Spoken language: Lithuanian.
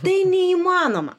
tai neįmanoma